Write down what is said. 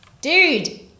dude